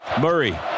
Murray